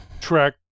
track